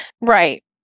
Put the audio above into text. Right